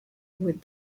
with